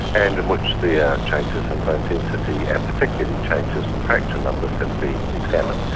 and in which the ah changes in bone density and particularly changes in fracture numbers had been examined.